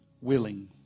willing